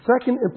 second